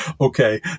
Okay